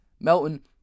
Melton